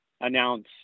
announce